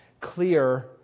clear